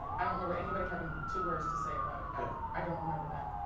i don't remember anybody have and two words to say about it ever. i don't remember that.